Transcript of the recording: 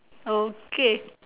okay